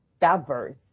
diverse